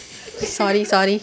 sorry sorry